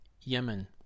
Yemen